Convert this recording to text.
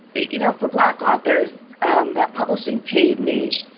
you know, for black authors, and that publishing paid me